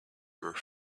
were